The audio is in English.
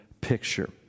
picture